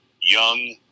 young